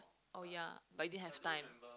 oh ya but you didn't have time